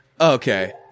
Okay